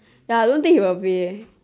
ya I don't think he will pay eh